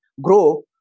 grow